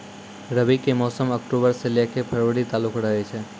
रबी के मौसम अक्टूबरो से लै के फरवरी तालुक रहै छै